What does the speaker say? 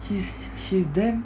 he's she's damn